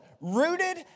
Rooted